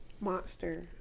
monster